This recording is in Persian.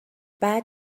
بعد